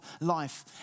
life